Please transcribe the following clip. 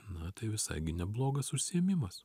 na tai visai gi neblogas užsiėmimas